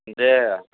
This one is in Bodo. दे